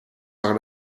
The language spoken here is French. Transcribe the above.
par